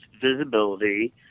visibility